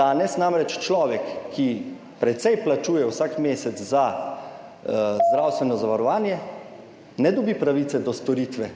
Danes namreč človek, ki precej plačuje vsak mesec za zdravstveno zavarovanje, ne dobi pravice do storitve,